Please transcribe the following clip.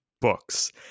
books